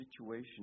situation